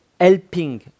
helping